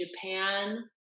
Japan